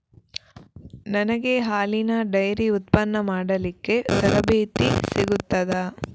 ನನಗೆ ಹಾಲಿನ ಡೈರಿ ಉತ್ಪನ್ನ ಮಾಡಲಿಕ್ಕೆ ತರಬೇತಿ ಸಿಗುತ್ತದಾ?